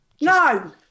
No